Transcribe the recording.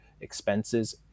expenses